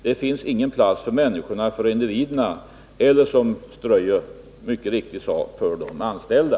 Det finns ingen plats för människorna, för individerna eller, som Ströyer mycket riktigt sade, för de anställda.